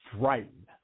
frightened